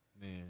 Man